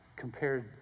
compared